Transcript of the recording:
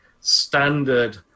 standard